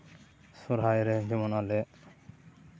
ᱥᱚᱦᱚᱨᱟᱭ ᱨᱮ ᱡᱮᱢᱚᱱ ᱟᱞᱮ